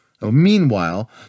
Meanwhile